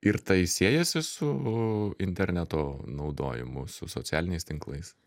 ir tai siejasi su interneto naudojimu su socialiniais tinklais